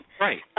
Right